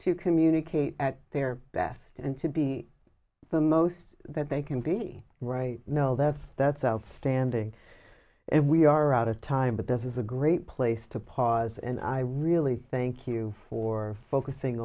to communicate at their best and to be the most that they can be right know that's that's outstanding and we are out of time but this is a great place to pause and i really thank you for focusing